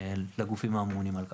לגופים האמונים על כך.